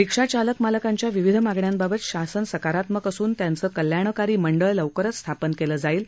रिक्षा चालक मालकांच्या विविध मागण्यांबाबत शासन सकारात्मक असून त्यांचे कल्याणकारी मंडळ लवकरच स्थापन केले जाईल